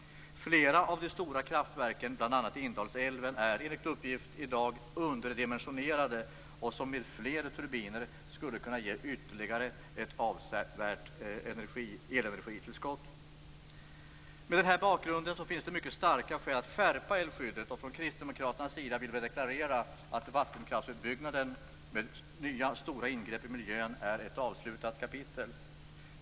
Flera av de stora kraftverken, bl.a. i Indalsälven, är enligt uppgift i dag underdimensionerade. Med fler turbiner skulle de kunna ge ytterligare ett avsevärt elenergitillskott. Mot den här bakgrunden finns det mycket starka skäl att skärpa älvskyddet. Vi kristdemokrater vill deklarera att vattenkraftsutbyggnaden med nya stora ingrepp i miljön är ett avslutat kapitel.